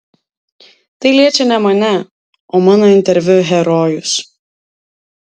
tai liečia ne mane o mano interviu herojus